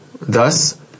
thus